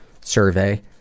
survey